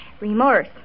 Remorse